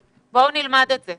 בוא נראה איך עושים את זה.